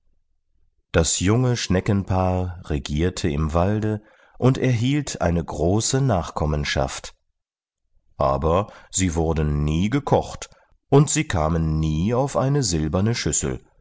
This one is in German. das junge schneckenpaar regierte im walde und erhielt eine große nachkommenschaft aber sie wurden nie gekocht und sie kamen nie auf eine silberne schüssel